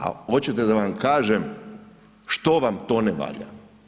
A hoćete da vam kažem što vam to ne valja?